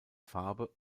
farbe